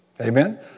Amen